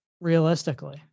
realistically